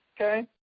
Okay